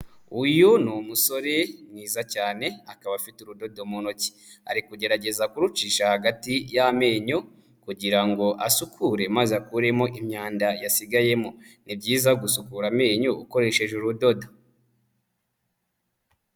Uyu ni umusore mwiza cyane akaba afite urudodo mu ntoki, ari kugerageza kurucisha hagati y'amenyo kugira ngo asukure maze akuremo imyanda yasigayemo, ni byiza gusukura amenyo ukoresheje urudodo.